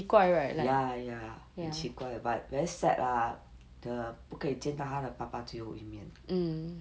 ya ya 很奇怪 but very sad ah the 不可以见到他的爸爸最后一面